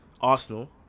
Arsenal